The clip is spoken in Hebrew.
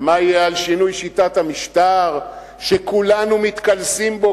ומה יהיה על שינוי שיטת המשטר שכולנו מתקלסים בו?